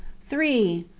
three.